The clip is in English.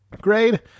Grade